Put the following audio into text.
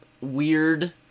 weird